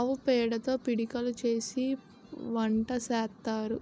ఆవు పేడతో పిడకలు చేసి వంట సేత్తారు